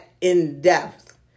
in-depth